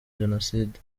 jenoside